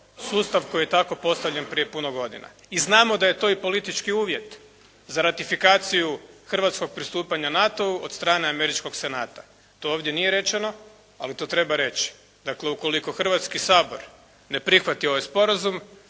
sustav koji je tako postavljen prije puno godina. I znamo da je to i politički uvjet za ratifikaciju hrvatskog pristupanja NATO-u od strane američkog Senata, to ovdje nije rečeno ali to treba reći. Dakle, ukoliko Hrvatski sabor ne prihvati ovaj sporazum